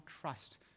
trust